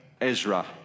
ezra